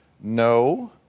no